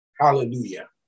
hallelujah